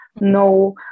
no